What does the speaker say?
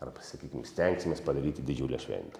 ar pasakykim stengsimės padaryti didžiulę šventę